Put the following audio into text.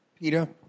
Peter